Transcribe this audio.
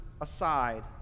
aside